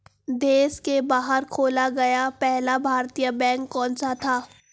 देश के बाहर खोला गया पहला भारतीय बैंक कौन सा था?